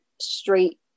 straight